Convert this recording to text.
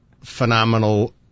phenomenal